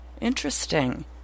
interesting